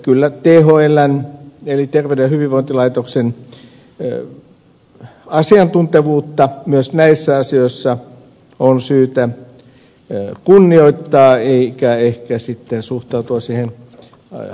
kyllä thln eli terveyden ja hyvinvoinnin laitoksen asiantuntevuutta myös näissä asioissa on syytä kunnioittaa eikä ehkä sitten suhtautua siihen halveksien